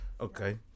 Okay